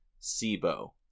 Sibo